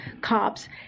cops